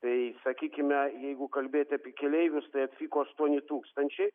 tai sakykime jeigu kalbėti apie keleivius tai atvyko aštuoni tūkstančiai